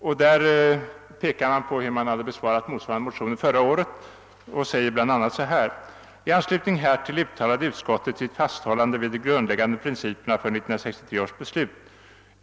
Utskottet erinrade om hur det uttalat sig beträffande motsvarande motioner förra året och skrev: »I anslutning härtill uttalade utskottet sitt fasthållande vid de grundläggande principerna för 1963 års beslut.